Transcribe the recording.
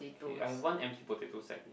K I have one empty potato sack